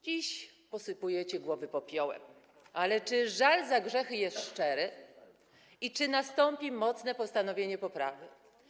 Dziś posypujecie głowy popiołem, ale czy żal za grzechy jest szczery i czy nastąpi mocne postanowienie poprawy?